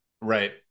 right